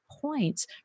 points